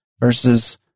versus